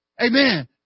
Amen